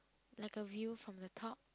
like a view from the top